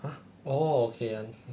!huh! oh okay